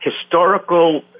historical